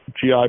GI